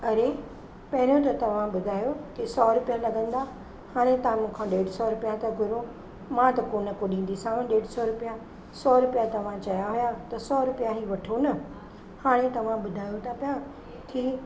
अरे पहिरियों त तव्हां ॿुधायो कि सौ रुपिया लॻंदा हाणे तव्हां मूंखां ॾेढु सौ रुपिया त घुरो मां त कोन्ह को ॾींदी सौ ॾेढु सौ रुपिया सौ रुपिया तव्हां चया हुया त सौ रुपया ई वठो न हाणे तव्हां ॿुधायो था पिया की